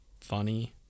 funny